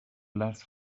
last